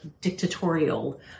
dictatorial